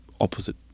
opposite